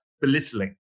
belittling